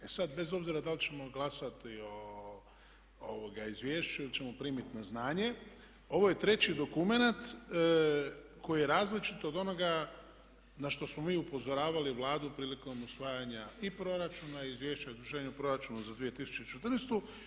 E sad, bez obzira da li ćemo glasati o izvješću ili ćemo primiti na znanje ovo je treći dokument koji je različit od onoga na što smo mi upozoravali Vladu prilikom usvajanja i proračuna i Izvješća o izvršenju proračuna za 2014.